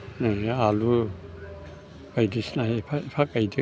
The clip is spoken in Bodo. मैया आलु बायदिसिना एफा एफा गायदों